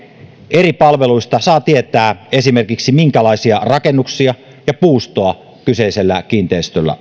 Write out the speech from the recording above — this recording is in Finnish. eri palveluista saa tietää esimerkiksi sen minkälaisia rakennuksia ja puustoa kyseisellä kiinteistöllä